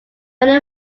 many